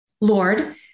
Lord